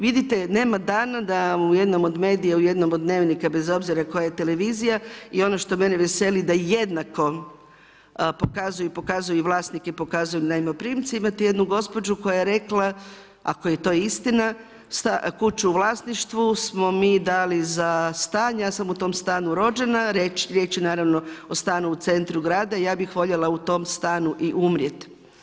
Vidite, nema dana da u jednom od medija, u jednom od dnevnika bez obzira koja je televizija i ono što mene veseli da jednako pokazuju, pokazuju vlasnike i pokazuju najmoprimce, imate jednu gospođu koja je rekla, ako je istina, kuću u vlasništvu smo mi dali za stan, ja sam u tom stanu rođena, riječ je o stanu u centru grada i ja bih voljela u tom stanu i umrijet.